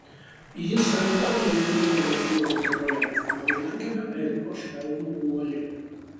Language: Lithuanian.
jis ranka nuvilnydavo pievų žolę naujagimio ėriuko švelnų guolį